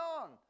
on